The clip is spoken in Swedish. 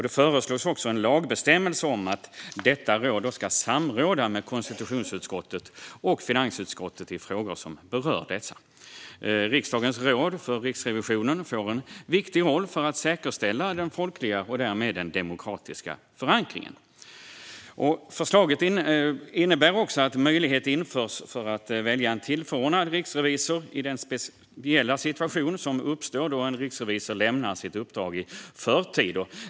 Det föreslås också en lagbestämmelse om att detta råd ska samråda med konstitutionsutskottet och finansutskottet i frågor som berör dessa. Riksdagens råd för Riksrevisionen får en viktig roll för att säkerställa den folkliga och därmed den demokratiska förankringen. Förslaget innebär också att en möjlighet införs att välja en tillförordnad riksrevisor i den speciella situation som uppstår då en riksrevisor lämnar sitt uppdrag i förtid.